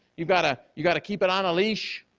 you got to you got to keep it on a leash.